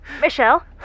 Michelle